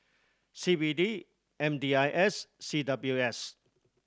C B D M D I S C W S